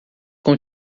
com